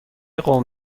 قوم